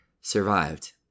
survived